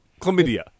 Chlamydia